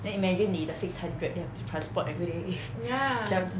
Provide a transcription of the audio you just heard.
then imagine 你的 six hundred you have to transport everyday 怎样